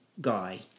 guy